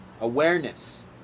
Awareness